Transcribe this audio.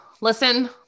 listen